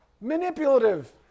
manipulative